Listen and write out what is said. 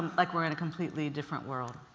like we're in a completely different world.